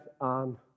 on